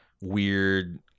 weird